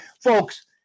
Folks